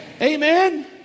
Amen